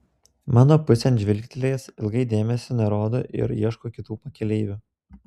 mano pusėn žvilgtelėjęs ilgai dėmesio nerodo ir ieško kitų pakeleivių